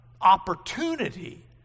opportunity